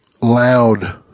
loud